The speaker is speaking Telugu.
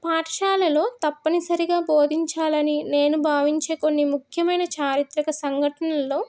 పాఠశాలలో తప్పనిసరిగా బోధించాలని నేను భావించే కొన్ని ముఖ్యమైన చారిత్రక సంఘటనల్లో